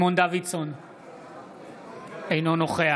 אינו נוכח